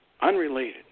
unrelated